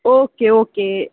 okay okay